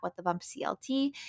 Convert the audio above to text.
whatthebumpclt